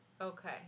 Okay